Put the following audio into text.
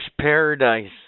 Paradise